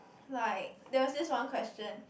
like there was this one question